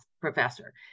professor